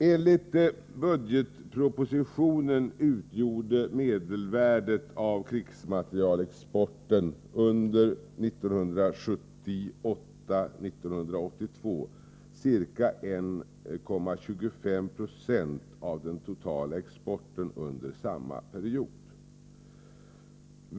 Enligt budgetpropositionen utgjorde medelvärdet av krigsmaterielexporten under perioden 1978-1982 ca 1,25 96 av den totala exporten under samma period.